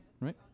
right